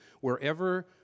wherever